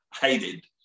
hated